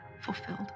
fulfilled